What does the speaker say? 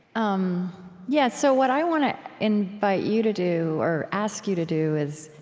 um yeah so what i want to invite you to do, or ask you to do, is,